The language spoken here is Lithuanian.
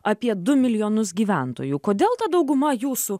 apie du milijonus gyventojų kodėl ta dauguma jūsų